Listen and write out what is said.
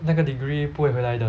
那个 degree 不会来的